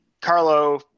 Carlo